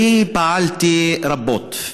אני פעלתי רבות,